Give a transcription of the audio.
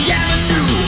avenue